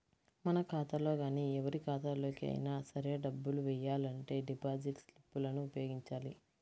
మన ఖాతాలో గానీ ఎవరి ఖాతాలోకి అయినా సరే డబ్బులు వెయ్యాలంటే డిపాజిట్ స్లిప్ లను ఉపయోగించాలి